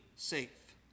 safe